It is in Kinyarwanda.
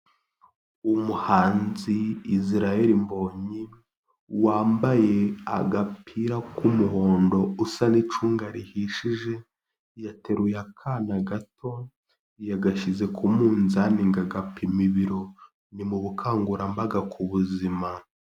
Umuhanzi Israel Mbonyi, wambaye agapira k'umuhondo usa n'icunga rihishije, yateruye akana gato, yagashyize ku munzani ngo agapime ibiro, ni mu bukangurambaga ku buzima.